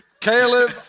Caleb